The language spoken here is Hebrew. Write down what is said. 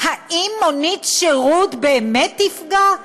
האם מונית שירות באמת תפגע?